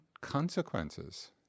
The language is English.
consequences